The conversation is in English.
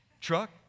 truck